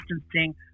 distancing